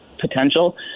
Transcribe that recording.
potential